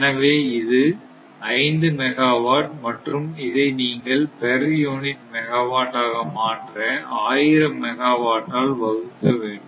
எனவே இது 5 மெகாவாட் மற்றும் இதை நீங்கள் பேர் யூனிட் மெகாவாட் ஆக மாற்ற 1000 மெகாவாட் ஆல் வகுக்க வேண்டும்